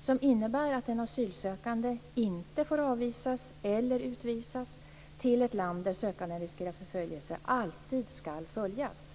som innebär att den asylsökande inte får avvisas eller utvisas till ett land där sökanden riskerar förföljelse, alltid ska följas.